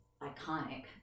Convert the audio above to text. iconic